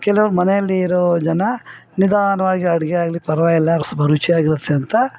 ಕೆಲವ್ರ ಮನೆಯಲ್ಲಿರೋ ಜನ ನಿಧಾನವಾಗಿ ಅಡಿಗೆ ಆಗಲಿ ಪರವಾಗಿಲ್ಲ ಸ್ವಲ್ಪ ರುಚಿಯಾಗಿರುತ್ತೆ ಅಂತ